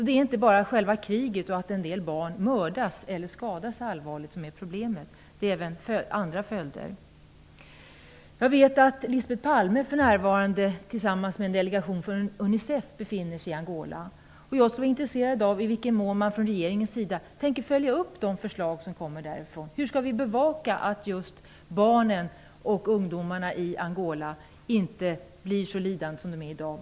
Det är inte bara själva kriget, och att en del barn mördas eller skadas allvarligt, som är problemet. Kriget har även andra följder. Jag vet att Lisbeth Palme för närvarande tillsammans med en delegation för Unicef befinner sig i Angola. Jag skulle vara intresserad av att veta i vilken mån man från regeringens sida tänker följa upp de förslag som kommer från Unicefs kommitté. Hur skall vi bevaka att just barnen och ungdomarna i Angola inte behöver lida så mycket som de gör i dag?